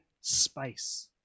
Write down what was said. space